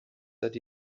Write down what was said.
that